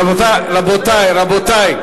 רבותי, רבותי.